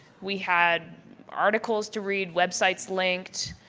we had articles to read, websites linked,